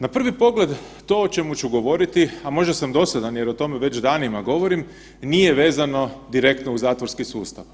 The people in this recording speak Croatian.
Na prvi pogled, to o čemu ću govoriti, a možda sam dosadan jer o tome već danima govorim, nije vezano direktno uz zatvorski sustav.